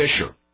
Fisher